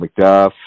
mcduff